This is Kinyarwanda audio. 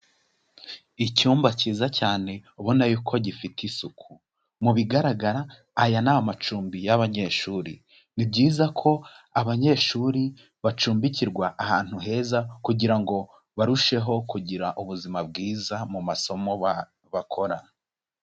Icyumba cyiza cyane ubona yuko gifite isuku. Mu bigaragara aya ni amacumbi y'abanyeshuri. Ni byiza ko abanyeshuri bacumbikirwa ahantu heza kugira ngo barusheho kugira ubuzima bwiza mu masomo bakora.